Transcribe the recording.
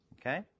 Okay